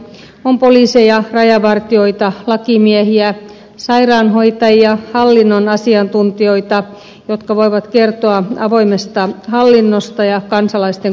on poliiseja rajavartijoita lakimiehiä sairaanhoitajia hallinnon asiantuntijoita jotka voivat kertoa avoimesta hallinnosta ja kansalaisten kuulemisesta